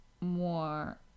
more